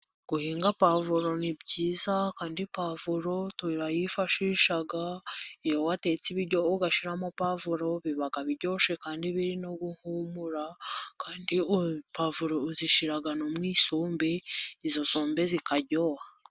Guhinga pavuro ni byiza, kandi pavuro turayifashisha, iyo watetse ibiryo ugashyiramo povuro, biba biryoshe kandi biri no guhumura, kandi pavuro uzishyira no mu isombe, izo sombe zikaryoha.